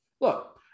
look